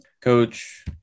Coach